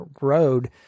road